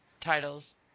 titles